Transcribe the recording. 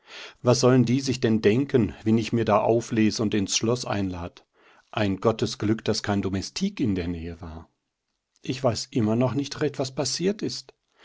was sollen die sich denn denken wen ich mir da aufles und ins schloß einlad ein gottesglück daß kein domestik in der nähe war ich weiß immer noch nicht recht was passiert ist